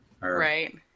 Right